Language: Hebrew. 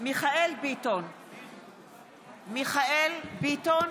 מיכאל מרדכי ביטון,